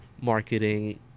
marketing